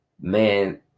man